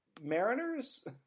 Mariners